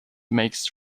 makes